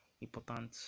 important